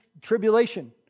tribulation